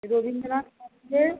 রবীন্দ্রনাথ ঠাকুরের